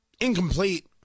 Incomplete